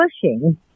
pushing